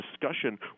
discussion